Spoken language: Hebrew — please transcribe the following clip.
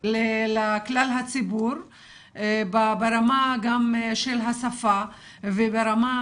לכלל הציבור גם ברמה של השפה וגם ברמה